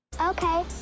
Okay